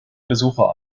besucher